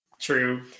True